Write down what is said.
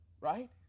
Right